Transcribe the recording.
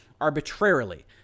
arbitrarily